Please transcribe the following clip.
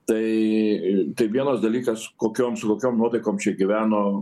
tai tai vienas dalykas kokiom su kokiom nuotaikom čia gyveno